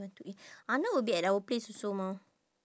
want to eat arnold will be at our place also mah